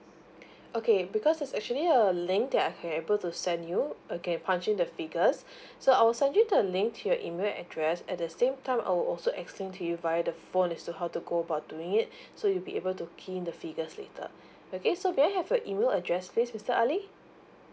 okay because there's actually a link that I can able to send you you can punch in the figures so I'll send you the link to your email address at the same time I will also explain to you via the phone is to how to go about doing it so you'll be able to key in the figures later okay so may I have your email address please mister ali